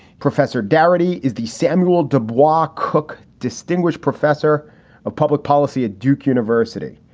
professor darity is the samual du bois cooke, distinguished professor of public policy at duke university.